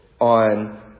on